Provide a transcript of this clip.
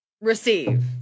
receive